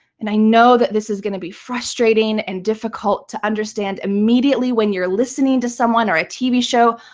and i know that this is going to be frustrating and difficult to understand immediately when you're listening to someone or a tv show.